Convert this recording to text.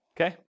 Okay